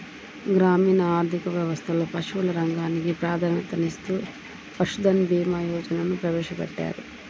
గ్రామీణ ఆర్థిక వ్యవస్థలో పశువుల రంగానికి ప్రాధాన్యతనిస్తూ పశుధన్ భీమా యోజనను ప్రవేశపెట్టారు